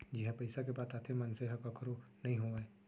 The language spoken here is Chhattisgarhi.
जिहाँ पइसा के बात आथे मनसे ह कखरो नइ होवय